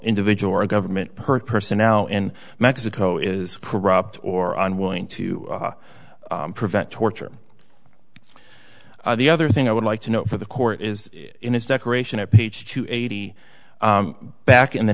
individual or government per person now in mexico is corrupt or unwilling to prevent torture the other thing i would like to know for the court is in his declaration at page two eighty back in the